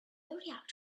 zodiac